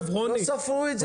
לא ספרו את זה טוב.